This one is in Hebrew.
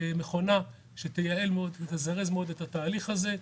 מכונה שתזרז מאוד את התהליך הזה.